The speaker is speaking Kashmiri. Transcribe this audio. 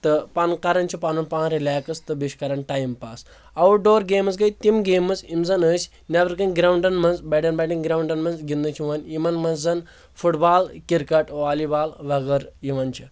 تہٕ پَن کران چھِ پنُن پان رِلیکٕس تہٕ بییٚہِ چھِ کران time pass outdoor games گے تم گیمٕز یِم زن أسۍ نٮ۪برٕ کَنۍ گرونٛڈن منٛز بڑٮ۪ن بڑٮ۪ن گراونٛڈن منٛز گنٛدنہٕ چھِ یِوان یِمن منٛز زن football cricket volleyball وغٲرٕ یِوان چھِ